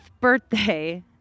birthday